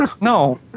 no